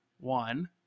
One